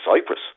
Cyprus